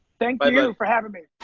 thank but you and for having me.